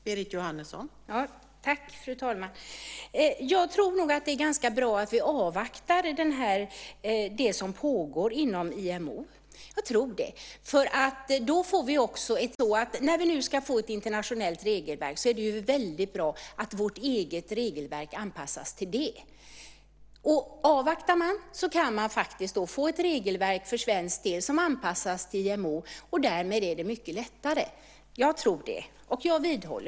Fru talman! Allan Widman har all rätt att göra det - att beklaga. Men det är faktiskt så att när vi nu ska få ett internationellt regelverk är det väldigt bra att vårt eget regelverk anpassas till det. Avvaktar man kan man faktiskt få ett regelverk som för svensk del anpassas till IMO. Därmed är det mycket lättare. Jag tror det, och jag vidhåller min ståndpunkt.